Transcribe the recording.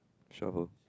shuffle